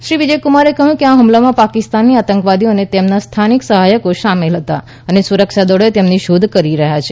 શ્રી વિજય કુમારે કહ્યું કે આ હુમલામાં પાકિસ્તાની આતંકવાદીઓ અને તેમના સ્થાનિક સહાયકો શામેલ હતા અને સુરક્ષા દળો તેમની શોધ કરી રહ્યા છે